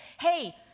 hey